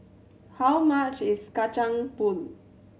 how much is Kacang Pool